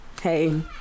Hey